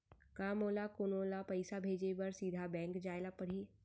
का मोला कोनो ल पइसा भेजे बर सीधा बैंक जाय ला परही?